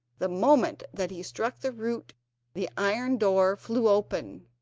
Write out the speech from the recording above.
the moment that he struck the root the iron door flew open,